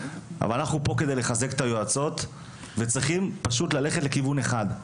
אבל אנחנו פה כדי לחזק את היועצות וצריכים פשוט ללכת לכיוון אחד.